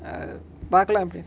err பாகலா எப்டினு:paakala epdinu